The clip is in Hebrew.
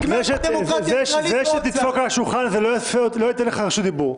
זה שתדפוק על השולחן זה לא ייתן לך רשות דיבור.